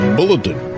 Bulletin